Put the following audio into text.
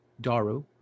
Daru